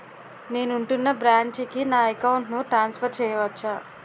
నేను ఉంటున్న బ్రాంచికి నా అకౌంట్ ను ట్రాన్సఫర్ చేయవచ్చా?